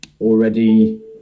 already